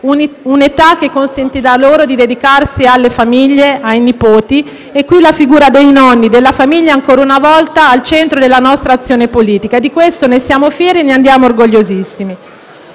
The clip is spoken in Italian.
un'età che consentirà loro di dedicarsi alle famiglie e ai nipoti. La figura dei nonni e della famiglia è, ancora una volta, al centro della nostra azione politica. Di questo siamo fieri e ne andiamo orgogliosissimi.